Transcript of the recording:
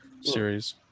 series